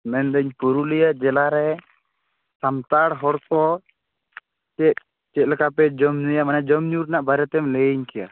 ᱢᱮᱱᱮᱫᱟᱹᱧ ᱯᱩᱨᱩᱞᱤᱭᱟᱹ ᱡᱮᱞᱟ ᱨᱮ ᱥᱟᱱᱛᱟᱲ ᱦᱚᱲ ᱠᱚ ᱪᱮᱫ ᱪᱮᱫ ᱞᱮᱠᱟᱯᱮ ᱡᱚᱢ ᱧᱩᱭᱟ ᱢᱟᱱᱮ ᱡᱚᱢ ᱧᱩ ᱨᱮᱱᱟᱜ ᱵᱟᱨᱮ ᱛᱮ ᱞᱟᱹᱭᱟᱹᱧ ᱠᱮᱭᱟ